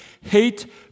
hate